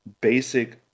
basic